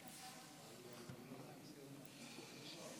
תודה רבה,